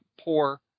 Poor